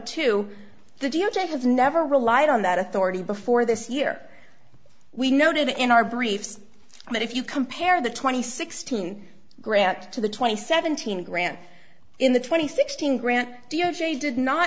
to the d o j have never relied on that authority before this year we noted in our briefs that if you compare the twenty sixteen grand to the twenty seventeen grand in the twenty sixteen grant d o j did not